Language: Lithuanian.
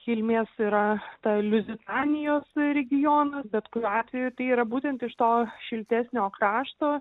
kilmės yra ta liuzitanijos regiono bet kuriuo atveju yra būtent iš to šiltesnio krašto